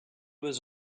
was